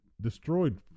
destroyed